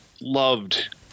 loved